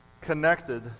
connected